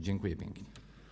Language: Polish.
Dziękuję pięknie.